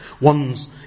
one's